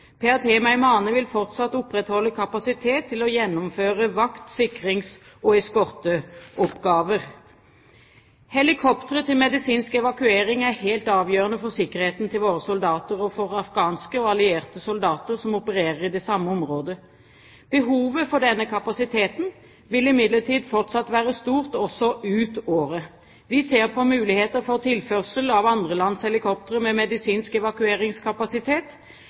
vil fortsatt opprettholde kapasitet til å gjennomføre vakt-, sikrings- og eskorteoppgaver. Helikopteret til medisinsk evakuering er helt avgjørende for sikkerheten til våre soldater og for afghanske og allierte soldater som opererer i det samme området. Behovet for denne kapasiteten vil imidlertid fortsatt være stort også ut året. Vi ser på muligheter for tilførsel av andre lands helikoptre med medisinsk evakueringskapasitet,